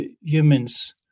humans